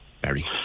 Barry